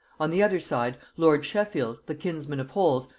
on the other side lord sheffield, the kinsman of holles,